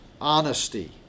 honesty